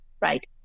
right